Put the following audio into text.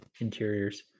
interiors